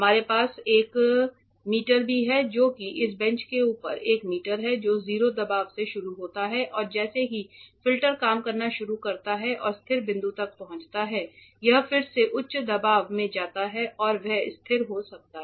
हमारे पास एक मीटर भी है जो कि इस बेंच के ऊपर एक मीटर है जो 0 दबाव से शुरू होता है और जैसे ही फिल्टर काम करना शुरू करता है और स्थिर बिंदु तक पहुंचता है यह फिर से उच्च दबाव में जाता है और वहां स्थिर हो जाता है